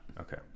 okay